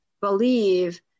believe